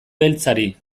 beltzari